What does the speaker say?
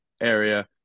area